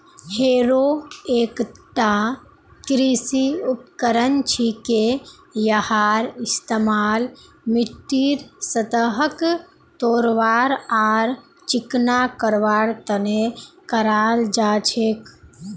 harrow एकता कृषि उपकरण छिके यहार इस्तमाल मिट्टीर सतहक तोड़वार आर चिकना करवार तने कराल जा छेक